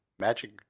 Magic